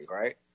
right